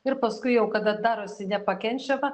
ir paskui jau kada darosi nepakenčiama